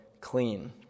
clean